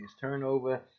turnover